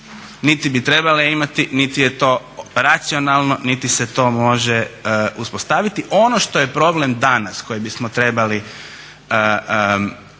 niti bi trebale imati, niti je to racionalno, niti se to može uspostaviti. Ono što je problem danas koji bismo trebali